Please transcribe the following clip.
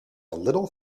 little